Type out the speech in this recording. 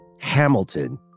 Hamilton